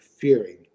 fearing